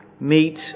meet